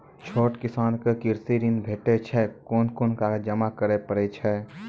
छोट किसानक कृषि ॠण भेटै छै? कून कून कागज जमा करे पड़े छै?